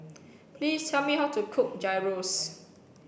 please tell me how to cook Gyros